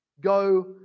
Go